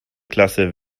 klasse